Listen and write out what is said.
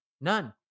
None